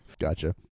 Gotcha